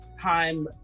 time